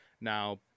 Now